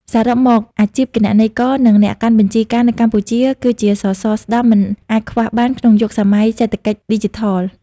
សរុបមក អាជីពគណនេយ្យករ និងអ្នកកាន់បញ្ជីការនៅកម្ពុជា គឺជាសសរស្តម្ភមិនអាចខ្វះបានក្នុងយុគសម័យសេដ្ឋកិច្ចឌីជីថល។